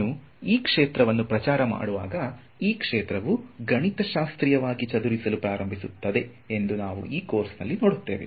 ನಾನು ಈ ಕ್ಷೇತ್ರವನ್ನು ಪ್ರಚಾರ ಮಾಡುವಾಗ ಈ ಕ್ಷೇತ್ರವು ಗಣಿತಶಾಸ್ತ್ರೀಯವಾಗಿ ಚದುರಿಸಲು ಪ್ರಾರಂಭಿಸುತ್ತದೆ ಎಂದು ನಾವು ಈ ಕೋರ್ಸ್ನಲ್ಲಿ ನೋಡುತ್ತೇವೆ